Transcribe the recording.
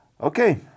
Okay